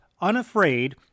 unafraid